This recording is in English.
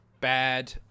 bad